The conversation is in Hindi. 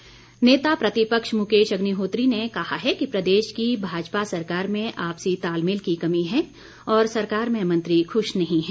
अग्निहोत्री नेता प्रतिपक्ष मुकेश अग्निहोत्री ने कहा है कि प्रदेश की भाजपा सरकार में आपसी तालमेल की कमी है और सरकार में मंत्री खुश नहीं है